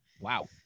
Wow